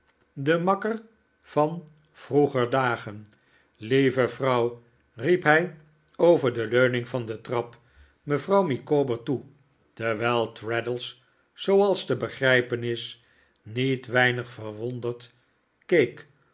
den makker van vroeger dagen lieve vrouw riep hij over de leuning van de trap mevrouw micawber toe terwijl traddles zooals te begrijpen is niet weinig verwonderd